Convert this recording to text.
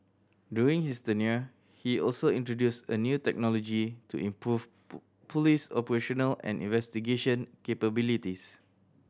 during his tenure he also introduced a new technology to improve police operational and investigation capabilities